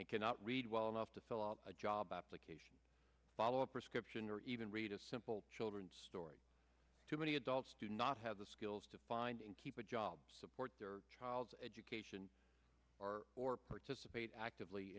they cannot read well enough to fill out a job application follow a prescription or even read a simple children's story too many adults do not have the skills to find and keep a job to support their child's education or or participate actively